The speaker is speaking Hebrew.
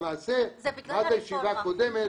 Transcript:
למעשה, מאז הישיבה הקודמת